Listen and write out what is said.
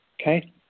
Okay